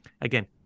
again